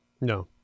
no